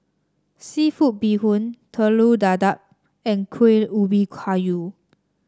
seafood Bee Hoon Telur Dadah and Kueh Ubi Kayu